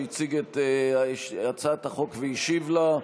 שהציג את הצעת החוק והשיב לה,